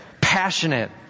passionate